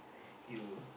you